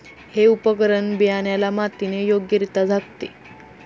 हे उपकरण बियाण्याला मातीने योग्यरित्या झाकते